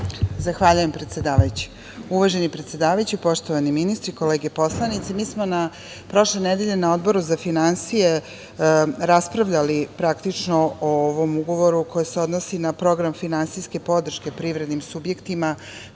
Zahvaljujem predsedavajući. Uvaženi predsedavajući, poštovani ministri, kolege poslanici, mi smo prošle nedelje na Odboru za finansije raspravljali praktično o ovom ugovoru koji se odnosi na program finansijske podrške privrednim subjektima,